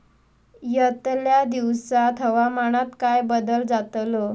यतल्या दिवसात हवामानात काय बदल जातलो?